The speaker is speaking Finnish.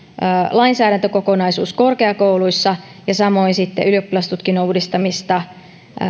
lainsäädäntökokonaisuus korkeakouluissa ja samoin sitten ylioppilastutkinnon uudistamista